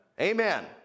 Amen